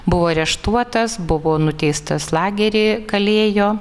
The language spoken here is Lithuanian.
buvo areštuotas buvo nuteistas lagery kalėjo